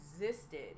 existed